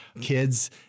kids